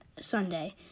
Sunday